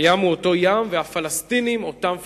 הים הוא אותו ים, והפלסטינים אותם פלסטינים.